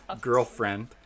girlfriend